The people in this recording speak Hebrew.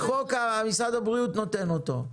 בחוק משרד הבריאות נותן אותו.